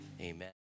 amen